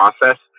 process